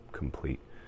complete